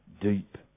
deep